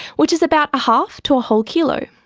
which is about a half to a whole kilo.